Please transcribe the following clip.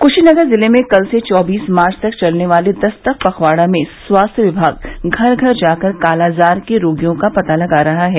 क्शीनगर जिले में कल से चौबीस मार्च तक चलने वाले दस्तक पखवाड़ा में स्वास्थ्य विभाग घर घर जाकर कालाजार के रोगियों का पता लगा रहा है